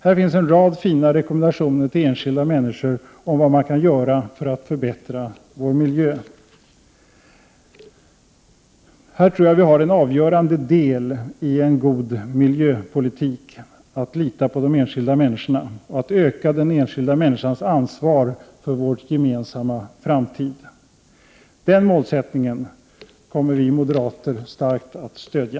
Här finns en rad fina rekommendationer till enskilda människor om vad man kan göra för att förbättra vår miljö. Här tror jag att en avgörande del i en god miljöpolitik ligger, dvs. att lita på den enskilda människan, att öka hennes ansvar för vår gemensamma framtid. Den målsättningen kommer vi moderater att starkt stödja.